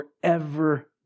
forever